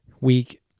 week